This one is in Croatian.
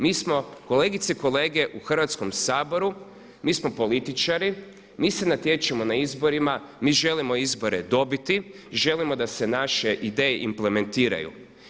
Mi smo kolegice i kolege u Hrvatskom saboru, mi smo političari, mi se natječemo na izborima, mi želimo izbore dobiti, želimo da se naše ideje implementiraju.